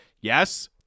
yes